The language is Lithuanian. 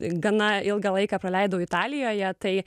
gana ilgą laiką praleidau italijoje tai